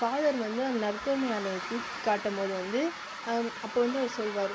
father வந்து அந்த நற்கருணையானதை வந்து தூக்கிக்காட்டும்போது வந்து அப்போது வந்து அவர் சொல்வார்